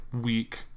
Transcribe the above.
week